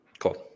Cool